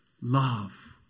love